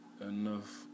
Enough